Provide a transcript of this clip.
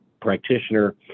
practitioner